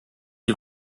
die